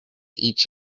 each